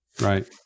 right